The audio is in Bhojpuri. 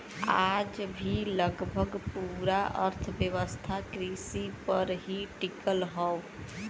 आज भी लगभग पूरा अर्थव्यवस्था कृषि पर ही टिकल हव